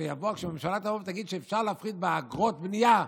כשהממשלה תבוא ותגיד שאפשר להפחית באגרות בנייה,